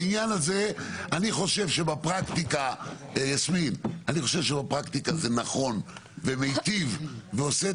בעניין הזה אני חושב שבפרקטיקה זה נכון ומיטיב ועושה